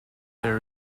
their